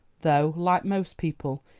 though, like most people,